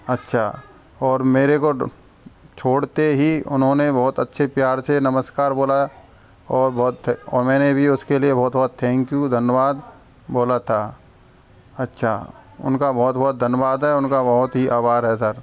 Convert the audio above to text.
अच्छा और मेरे को छोड़ते ही उन्होंने बहुत अच्छे प्यार से नमस्कार बोला और बहुत और मैंने भी उसके लिए बहुत बहुत थैंक यू धन्यवाद बोला था अच्छा उनका बहुत बहुत धन्यवाद है उनका बहुत ही आभार है सर